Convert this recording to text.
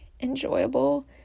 enjoyable